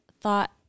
thought